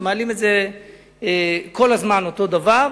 ומעלים כל הזמן את אותו הדבר,